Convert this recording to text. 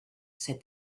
said